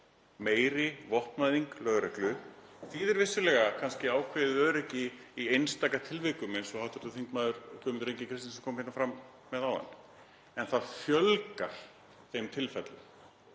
Meiri vopnavæðing lögreglu þýðir vissulega kannski ákveðið öryggi í einstaka tilvikum eins og hv. þm. Guðmundur Ingi Kristinsson kom hérna fram með áðan en það fjölgar þeim tilfellum,